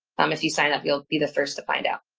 um as you sign up, you'll be the first to find out.